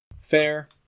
Fair